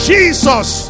Jesus